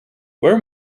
where